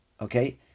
Okay